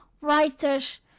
writers